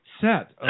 set